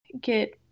get